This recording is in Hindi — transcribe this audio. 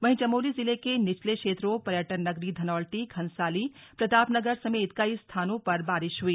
वहीं चमोली जिले के निचले क्षेत्रों पर्यटन नगरी धनौल्टी घनसाली प्रतापनगर समेत कई स्थानों पर बारिश हुई